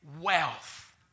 wealth